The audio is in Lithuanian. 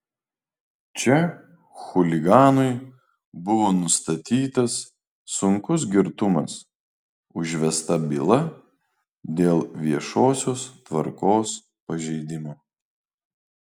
čia chuliganui buvo nustatytas sunkus girtumas užvesta byla dėl viešosios tvarkos pažeidimo